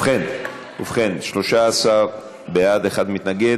ובכן, 13 בעד, אחד מתנגד.